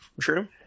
True